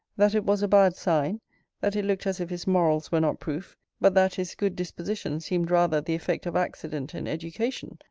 that it was a bad sign that it looked as if his morals were not proof but that his good disposition seemed rather the effect of accident and education,